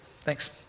thanks